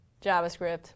JavaScript